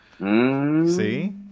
See